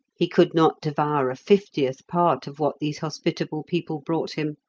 he could not devour a fiftieth part of what these hospitable people brought him.